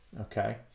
Okay